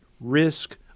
risk